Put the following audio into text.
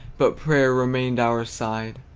but prayer remained our side.